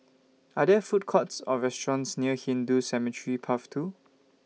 Are There Food Courts Or restaurants near Hindu Cemetery Path two